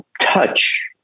touch